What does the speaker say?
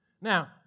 Now